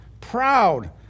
proud